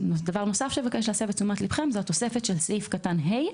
דבר נוסף הוא התוספת שבסעיף קטן (ה).